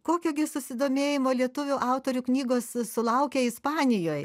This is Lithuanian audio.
kokio gi susidomėjimo lietuvių autorių knygos sulaukė ispanijoj